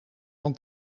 van